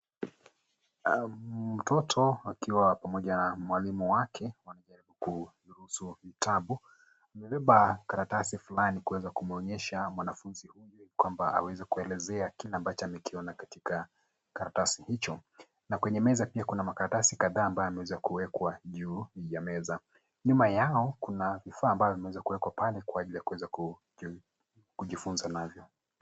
Mtoto akiwa na mwalimu wake, wanajaribu kudurusu vitabu. Amebeba karatasi fulani kuweza kumwonyesha mwanafunzi ili aweze kueleza kile anachokiona, na kwenye meza kuna karatasi kadhaa. Nyuma yao kuna vifaa vingine vya kuwasaidia masomoni.